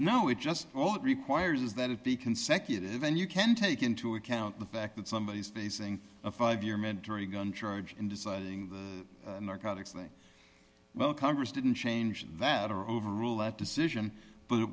know it just all it requires is that it be consecutive and you can take into account the fact that somebody is facing a five year mandatory gun charge in deciding the narcotics thing well congress didn't change that or overrule that decision but it